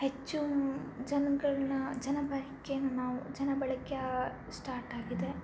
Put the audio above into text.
ಹೆಚ್ಚು ಜನಗಳನ್ನ ಜನಬರಿಕೆ ನಾವು ಜನ ಬಳಕೆ ಸ್ಟಾರ್ಟ್ ಆಗಿದೆ